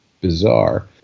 bizarre